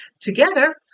Together